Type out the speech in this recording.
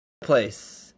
place